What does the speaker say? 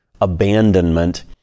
abandonment